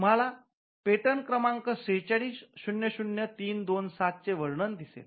तुम्हाला पेटंट क्रमांक ४६००३२७ चे वर्णन दिसेल